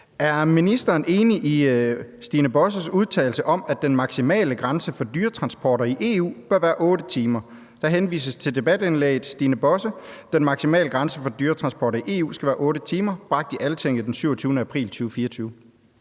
Er ministeren enig i Stine Bosses udtalelse om, at den maksimale grænse for dyretransporter i EU bør være 8 timer? Der henvises til debatindlægget »Stine Bosse: Den maksimale grænse for dyretransporter i EU skal være otte timer« bragt i Altinget den 27. april 2024.